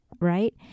right